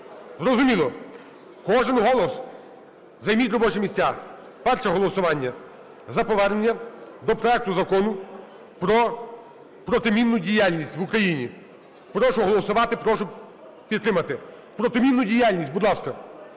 Зрозуміло. Кожен голос. Займіть робочі місця. Перше голосування – за повернення до проекту Закону про протимінну діяльність в Україні. Прошу голосувати, прошу підтримати. Протимінну діяльність, будь ласка.